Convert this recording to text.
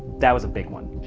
that was a big one.